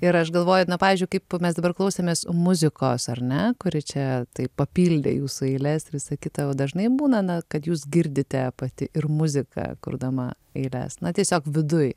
ir aš galvoju na pavyzdžiui kaip mes dabar klausėmės muzikos ar ne kuri čia taip papildė jūsų eiles visa kita o dažnai būna kad jūs girdite na pati ir muziką kurdama eiles na tiesiog viduj